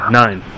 nine